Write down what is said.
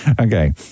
okay